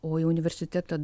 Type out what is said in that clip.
o į universitetą